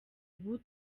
ubu